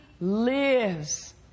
lives